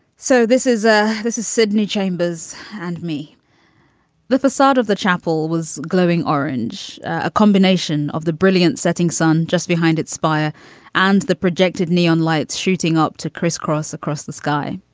so this is a this is sydney chambers and me the facade of the chapel was glowing orange. a combination of the brilliant setting sun just behind its spire and the projected neon lights shooting up to criss cross across the sky.